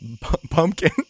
pumpkin